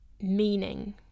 meaning